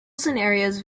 scenarios